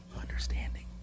Understanding